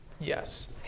Yes